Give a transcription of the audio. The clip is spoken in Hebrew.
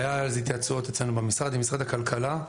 היו אז התייעצויות אצלנו במשרד עם משרד הכלכלה.